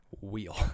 wheel